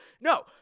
No